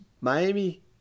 Miami